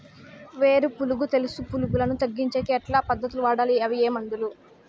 వేరు పులుగు తెలుసు పులుగులను తగ్గించేకి ఎట్లాంటి పద్ధతులు వాడాలి? అవి ఏ మందులు?